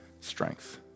strength